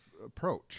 approach